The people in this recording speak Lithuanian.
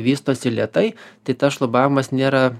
vystosi lėtai tai tas šlubavimas nėra